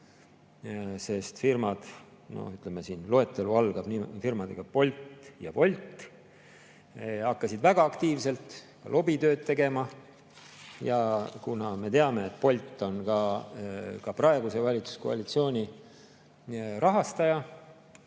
Sest firmad, loetelu algab firmadega Bolt ja Wolt, hakkasid väga aktiivselt lobitööd tegema. Ja kuna me teame, et Bolt on ka praeguse valitsuskoalitsiooni rahastaja